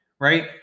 right